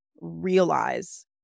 realize